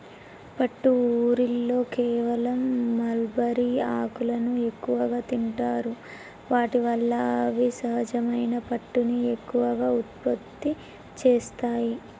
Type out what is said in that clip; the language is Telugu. పట్టు ఊరిలో కేవలం మల్బరీ ఆకులను ఎక్కువగా తింటాయి వాటి వల్ల అవి సహజమైన పట్టుని ఎక్కువగా ఉత్పత్తి చేస్తాయి